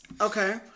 Okay